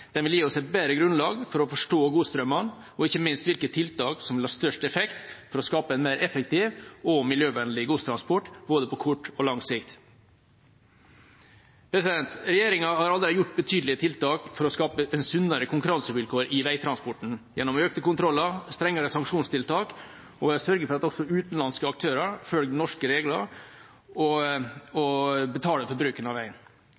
Den vil gi oss et bedre grunnlag for å forstå godsstrømmene og ikke minst hvilke tiltak som vil ha størst effekt for å skape en mer effektiv og miljøvennlig godstransport på både kort og lang sikt. Regjeringa har allerede gjort betydelige tiltak for å skape sunnere konkurransevilkår i veitransporten gjennom økte kontroller, strengere sanksjonstiltak og ved å sørge for at også utenlandske aktører følger norske regler og betaler for bruken av veien.